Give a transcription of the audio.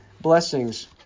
blessings